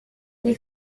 les